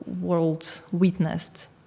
world-witnessed